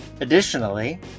Additionally